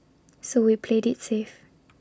so we played IT safe